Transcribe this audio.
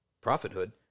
prophethood